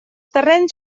terrenys